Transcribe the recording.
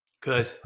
Good